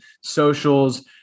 socials